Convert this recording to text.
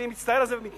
אני מצטער על זה ומתנצל,